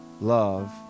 love